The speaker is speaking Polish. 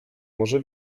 może